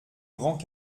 grand